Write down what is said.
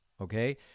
okay